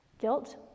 Guilt